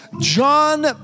John